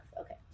Okay